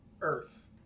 Earth